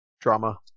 drama